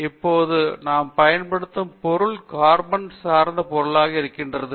இப்போது நாம் பயன்படுத்தும் பொருள் கார்பன் சார்ந்த பொருட்களாக இருக்கின்றன